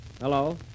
Hello